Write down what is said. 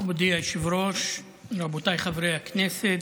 מכובדי היושב-ראש, רבותיי חברי הכנסת,